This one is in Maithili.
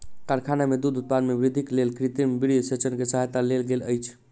कारखाना में दूध उत्पादन में वृद्धिक लेल कृत्रिम वीर्यसेचन के सहायता लेल गेल अछि